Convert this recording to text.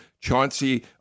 Chauncey